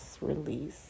release